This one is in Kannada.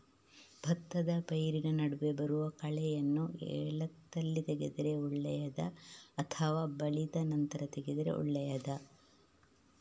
ಭತ್ತದ ಪೈರಿನ ನಡುವೆ ಬರುವ ಕಳೆಯನ್ನು ಎಳತ್ತಲ್ಲಿ ತೆಗೆದರೆ ಒಳ್ಳೆಯದಾ ಅಥವಾ ಬಲಿತ ನಂತರ ತೆಗೆದರೆ ಒಳ್ಳೆಯದಾ?